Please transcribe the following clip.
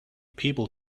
people